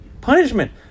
Punishment